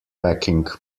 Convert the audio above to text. racking